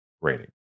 rating